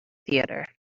theater